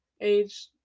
age